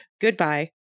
goodbye